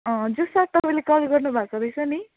अँ हजुर सर तपाईँले कल गर्नुभएको रहेछ नि